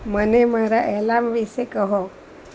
મને મારા એલામ વિશે કહો